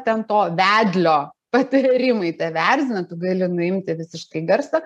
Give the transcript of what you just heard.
ten to vedlio patarimai tave erzina tu gali nuimti visiškai garsą